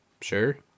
Sure